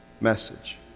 message